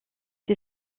ces